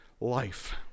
life